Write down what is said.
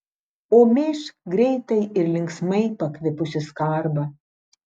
o mėžk greitai ir linksmai pakvipusį skarbą